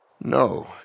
No